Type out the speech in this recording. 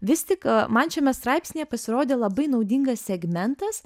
vis tik man šiame straipsnyje pasirodė labai naudingas segmentas